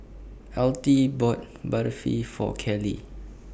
Altie bought Barfi For Carlee